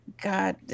God